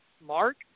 mark